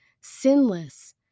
sinless